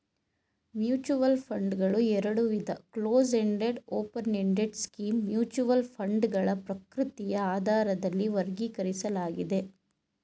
mutual ಫಂಡ್ಗಳು ಎರಡುವಿಧ close ended open ended scheme mutual ಫಂಡ್ಗಳ ಪ್ರಕೃತಿಯ ಆಧಾರದಲ್ಲಿ ವರ್ಗೀಕರಿಸಲಾಗಿದೆ